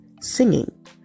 singing